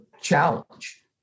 challenge